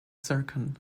zircon